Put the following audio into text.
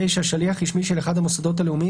(9) שליח רשמי של אחד המוסדות הלאומיים,